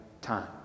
time